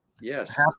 Yes